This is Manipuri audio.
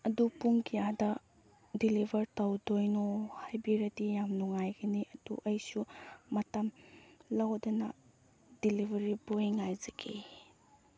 ꯑꯗꯨ ꯄꯨꯡ ꯀꯌꯥꯗ ꯗꯤꯂꯤꯕꯔ ꯇꯧꯗꯣꯏꯅꯣ ꯍꯥꯏꯕꯤꯔꯗꯤ ꯌꯥꯝ ꯅꯨꯡꯉꯥꯏꯒꯅꯤ ꯑꯗꯨ ꯑꯩꯁꯨ ꯃꯇꯝ ꯂꯧꯗꯅ ꯗꯤꯂꯤꯕꯔꯤ ꯕꯣꯏ ꯉꯥꯏꯖꯒꯦ